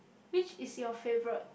which is your favourite